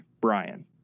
Brian